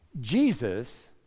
Jesus